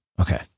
Okay